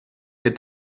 wir